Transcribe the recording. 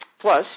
plus